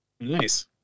Nice